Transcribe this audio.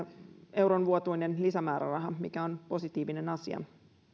euron vuotuinen lisämääräraha mikä on positiivinen asia